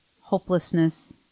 hopelessness